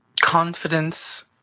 Confidence